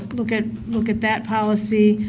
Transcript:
look at look at that policy,